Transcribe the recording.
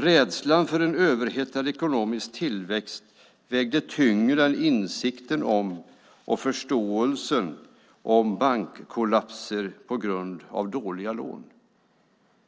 Rädslan för en överhettad ekonomisk tillväxt vägde tyngre än insikten om och förståelsen för bankkollapser på grund av dåliga lån.